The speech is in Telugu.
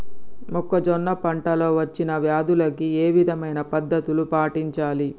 మొక్కజొన్న పంట లో వచ్చిన వ్యాధులకి ఏ విధమైన పద్ధతులు పాటించాలి?